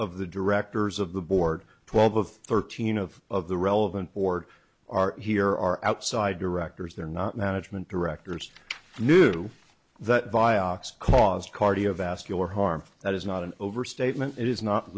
of the directors of the board twelve of thirteen of the relevant board are here are outside directors they're not management directors knew that vioxx caused cardiovascular harm that is not an overstatement it is not